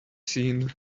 seen